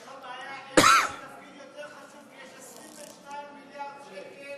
יש לך בעיה, יש 22 מיליארד שקל